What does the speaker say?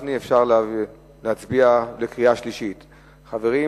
חבר הכנסת משה גפני,